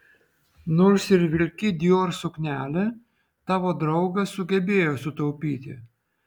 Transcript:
nors ir vilki dior suknelę tavo draugas sugebėjo sutaupyti